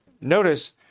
Notice